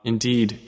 Indeed